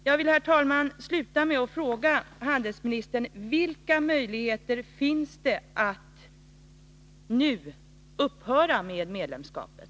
Jag vill, herr talman, sluta med att fråga handelsministern: Vilka möjligheter finns det att nu upphöra med medlemskapet?